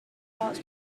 arts